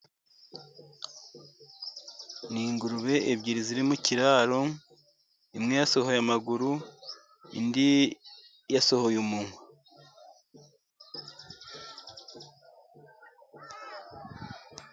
Ni ingurube ebyiri ziri mu kiraro, imwe yasohoye amaguru indi yasohoye umunwa.